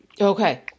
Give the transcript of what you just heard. Okay